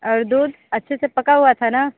और दूध अच्छे से पका हुआ था न